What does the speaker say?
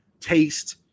taste